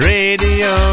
Radio